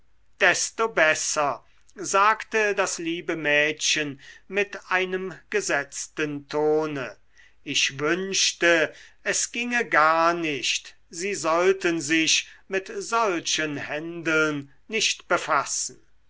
desto besser sagte das liebe mädchen mit einem gesetzten tone ich wünschte es ginge gar nicht sie sollten sich mit solchen händeln nicht befassen